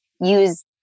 use